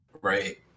right